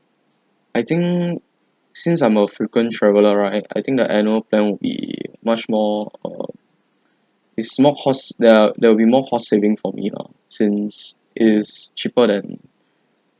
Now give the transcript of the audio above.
I think since I'm a frequent traveller right I think the annual plan would be much more err it's more cost there there'll be more cost saving for me lah since it is cheaper than